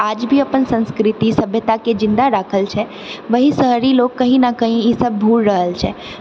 आज भी अपन संस्कृति सभ्यताके जिन्दा राखल छै वहीं शहरी लोग कहीं नऽ कहीं ई सब भूल रहल छै